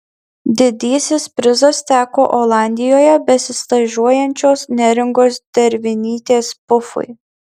didysis prizas teko olandijoje besistažuojančios neringos dervinytės pufui